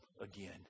again